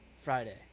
Friday